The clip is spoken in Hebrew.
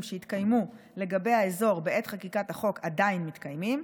שהתקיימו לגבי האזור בעת חקיקת החוק עדיין מתקיימים.